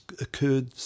occurred